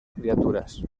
criaturas